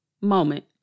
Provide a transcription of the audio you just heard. Moment